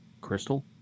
Crystal